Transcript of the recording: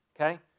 okay